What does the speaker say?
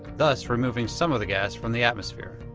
thus, removing some of the gas from the atmosphere.